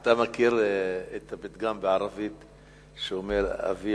אתה מכיר את הפתגם בערבית שאומר: אבי